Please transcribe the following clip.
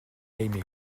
aimé